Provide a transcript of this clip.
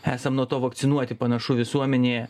esam nuo to vakcinuoti panašu visuomenėje